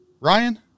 Ryan